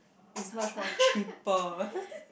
is much more cheaper